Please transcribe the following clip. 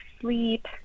sleep